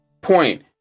point